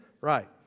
right